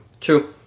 True